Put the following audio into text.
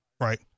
Right